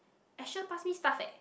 Asher pass me stuff eh